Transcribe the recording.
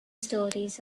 stories